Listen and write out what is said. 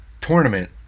tournament